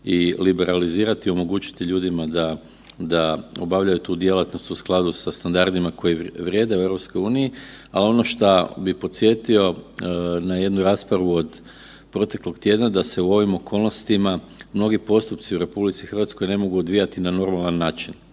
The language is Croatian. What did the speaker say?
i liberalizirati, omogućiti ljudima da, da obavljaju tu djelatnost u skladu sa standardima koji vrijede u EU. A ono šta bi podsjetio na jednu raspravu od proteklog tjedna da se u ovim okolnostima mnogi postupci u RH ne mogu odvijati na normalan način.